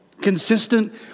consistent